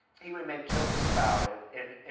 he would make jokes about it. and and